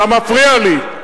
אתה מפריע לי.